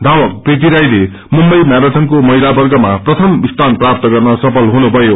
धावक प्रिती राईले मुम्बई मेरथनको महिला वर्गमा प्रथम स्थान प्राप्त गर्न सफल हुनुभयो